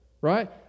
right